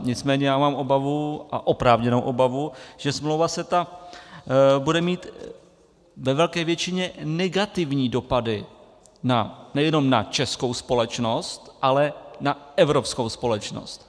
Nicméně mám obavu, a oprávněnou obavu, že smlouva CETA bude mít ve velké většině negativní dopady nejenom na českou společnost, ale na evropskou společnost.